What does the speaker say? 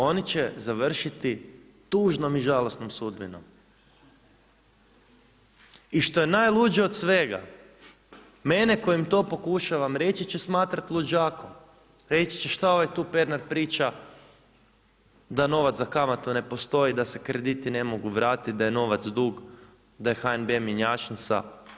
Oni će završiti tužnom i žalosnom sudbinom i što je najluđe od svega, mene koji to pokušavam reći će smatrati luđakom, reći će šta ovaj tu Pernar priča da novac za kamatu ne postoji, da se krediti ne mogu vratit, da je novac dug, da je HNB mjenjačnica.